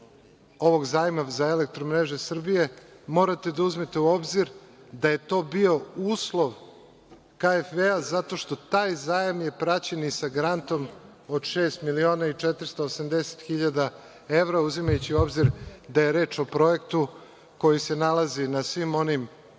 ovog zajma za „Elektromreže Srbije“, morate da uzmete u obzir da je to bio uslov KfW zato što je taj zajam praćen sa grantom od 6.480.000 evra, uzimajući u obzir da je reč o projektu koji se nalazi na svim onim